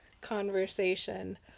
conversation